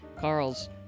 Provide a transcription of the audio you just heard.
Carl's